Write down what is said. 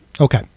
Okay